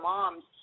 Moms